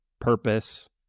purpose